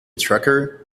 tracker